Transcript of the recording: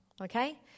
Okay